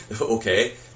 okay